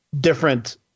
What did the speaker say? different